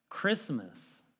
Christmas